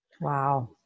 Wow